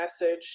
message